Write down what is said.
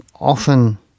often